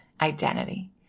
identity